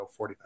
45